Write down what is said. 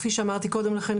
כפי שאמרתי קודם לכן,